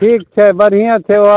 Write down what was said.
ठीक छै बढ़िए छै ओहो